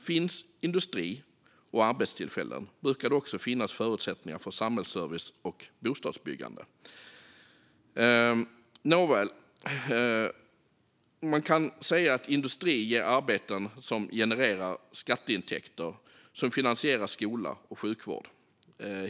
Finns det industri och arbetstillfällen brukar det också finnas förutsättningar för samhällsservice och bostadsbyggande. Man kan säga att industri ger arbeten som genererar skatteintäkter som finansierar skola och sjukvård.